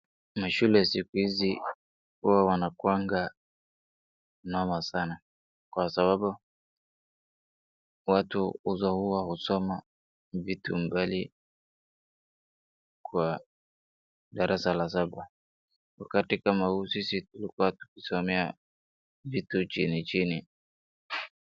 Shule siku hizi kuwa wanakuwa noma sana, kwa sababu watu huwa wanasoma vitu mbali kwa darasa la saba. Wakati kama huu sisi tulikuwa tukisomea vitu chinichini.